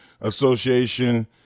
Association